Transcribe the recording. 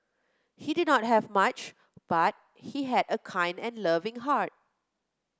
he did not have much but he had a kind and loving heart